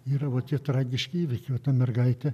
yra va tie tragiški įvykiai va ta mergaitė